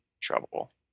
trouble